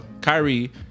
Kyrie